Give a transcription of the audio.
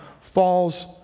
falls